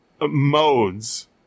modes